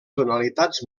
tonalitats